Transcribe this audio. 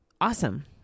awesome